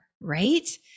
right